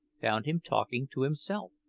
found him talking to himself.